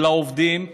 של העובדים,